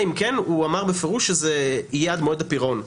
אם כן הוא אמר בפירוש שזה יהיה עד מועד הפירעון.